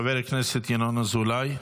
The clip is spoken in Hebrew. חבר הכנסת ינון אזולאי,